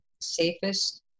safest